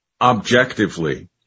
objectively